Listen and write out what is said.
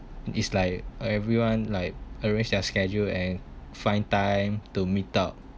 it's like everyone like arrange their schedule and find time to meet up